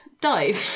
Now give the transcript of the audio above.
died